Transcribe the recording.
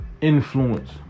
influence